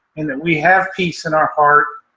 and that we have peace in our heart,